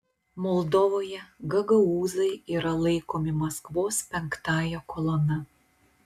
moldovoje gagaūzai yra laikomi maskvos penktąja kolona